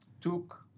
took